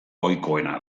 ohikoena